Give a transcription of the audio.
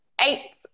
eight